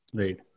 Right